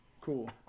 Cool